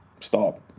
stop